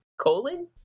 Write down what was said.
colon